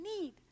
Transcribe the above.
need